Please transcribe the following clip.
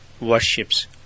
worships